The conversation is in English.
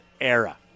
era